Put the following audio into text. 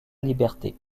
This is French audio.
liberté